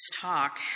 talk